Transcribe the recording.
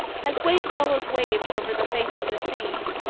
as wave follows wave over the face of the sea,